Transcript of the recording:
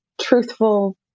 truthful